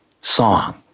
song